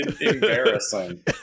embarrassing